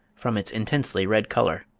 from its intensely red colour.